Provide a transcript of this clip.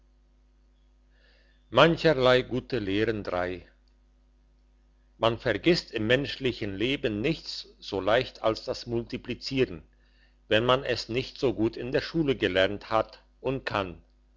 mancherlei gute lehren man vergisst im menschlichen leben nichts so leicht als das multiplizieren wenn man es noch so gut in der schule gelernt hat und kann